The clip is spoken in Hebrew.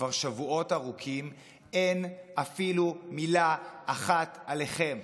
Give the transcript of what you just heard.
כבר שבועות ארוכים אין אפילו מילה אחת עליכם.